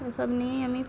এইসব নিয়েই আমি